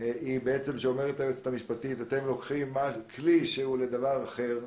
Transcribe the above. היא שהיועצת המשפטית אומרת שאתם לוקחים כלי שמיועד לדבר אחר,